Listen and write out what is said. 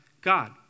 God